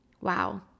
Wow